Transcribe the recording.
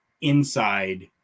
inside